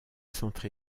centré